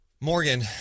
Morgan